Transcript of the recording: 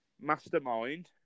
Mastermind